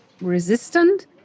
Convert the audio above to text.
resistant